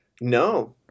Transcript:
No